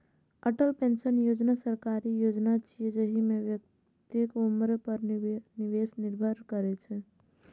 Atal pension योजना सरकारी योजना छियै, जाहि मे व्यक्तिक उम्र पर निवेश निर्भर करै छै